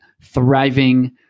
thriving